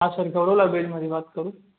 હા સર ગૌરવ લાયબ્રેરીમાંથી વાત કરું